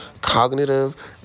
cognitive